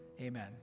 Amen